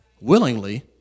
willingly